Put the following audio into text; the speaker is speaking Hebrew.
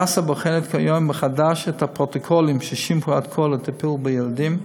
הדסה בוחנת כיום מחדש את הפרוטוקולים ששימשו עד כה לטיפול בילדים,